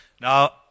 Now